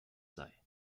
sei